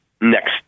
next